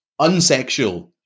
unsexual